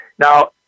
Now